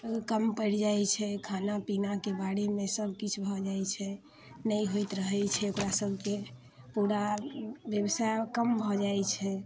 कम पड़ि जाइ छै खाना पीनाके बारेमे सभ किछु भऽ जाइ छै नहि होइत रहै छै ओकरा सभके पूरा व्यवसाय कम भऽ जाइ छै